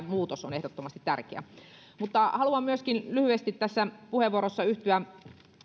muutos on ehdottomasti tärkeä mutta myöskin haluan lyhyesti tässä puheenvuorossa yhtyä